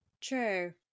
True